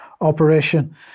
operation